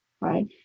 right